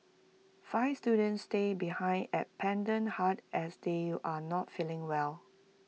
five students stay behind at Pendant hut as they are not feeling well